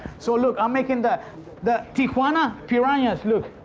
so look, i'm making the the tijuana piranhas! look.